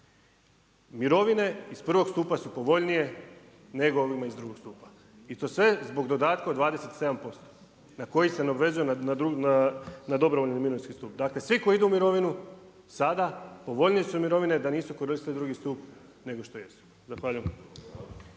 Mirovine iz prvog stupa su povoljnije nego ovima iz drugog stupa. I to sve zbog dodatka od 27% na koji se obvezuje na dobrovoljni mirovinski stup. Dakle, svi koji idu u mirovinu, sada, povoljnije su mirovine, da nisu koristile drugi stup nego što jesu. Zahvaljujem.